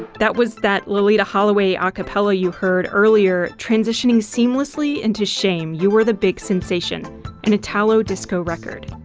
that was that loleatta holloway acapella you heard earlier, transitioning seamlessly into shame you were the big sensation an italo-disco record.